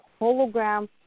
hologram